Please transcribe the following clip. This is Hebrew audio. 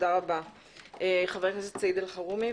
חבר הכנסת סעיד אלחרומי.